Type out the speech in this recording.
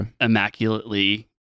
Immaculately